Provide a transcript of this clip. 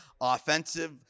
offensive